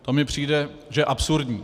To mi přijde, že je absurdní.